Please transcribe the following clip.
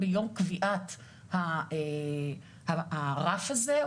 ביום קביעת הרף הזה,